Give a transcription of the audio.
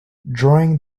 during